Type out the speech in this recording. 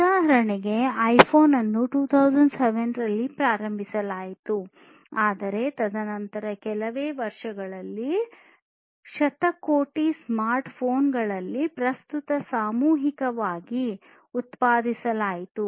ಉದಾಹರಣೆಗೆ ಐಫೋನ್ ಅನ್ನು 2007 ರಲ್ಲಿ ಪ್ರಾರಂಭಿಸಲಾಯಿತು ಆದರೆ ತದನಂತರ ಕೆಲವೇ ವರ್ಷಗಳಲ್ಲಿ ಶತಕೋಟಿ ಸ್ಮಾರ್ಟ್ಫೋನ್ ಗಳಲ್ಲಿ ಪ್ರಸ್ತುತ ಸಾಮೂಹಿಕವಾಗಿ ಉತ್ಪಾದಿಸಲಾಗುತ್ತಿದೆ